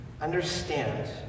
Understand